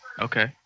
Okay